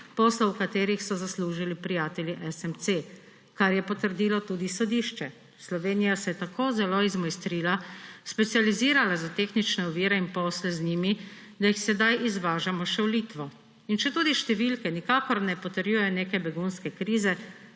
poslov, v katerih so zaslužili prijatelji SMC, kar je potrdilo tudi sodišče. Slovenija se je tako zelo izmojstrila, specializirala za tehnične ovire in posle z njimi, da jih sedaj izvažamo še v Litvo. In četudi številke nikakor ne potrjujejo neke begunske krize,